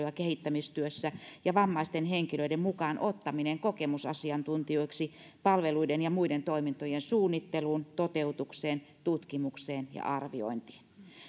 ja kehittämistyössä ja vammaisten henkilöiden mukaan ottaminen kokemusasiantuntijoiksi palveluiden ja muiden toimintojen suunnitteluun toteutukseen tutkimukseen ja arviointiin